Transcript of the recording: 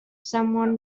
someone